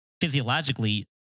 physiologically